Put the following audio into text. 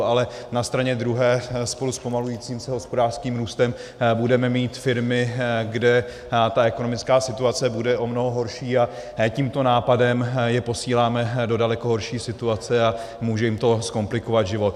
Ale na straně druhé spolu se zpomalujícím se hospodářským růstem budeme mít firmy, kde ta ekonomická situace bude o mnoho horší, a tímto nápadem je posíláme do daleko horší situace a může jim to zkomplikovat život.